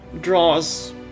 draws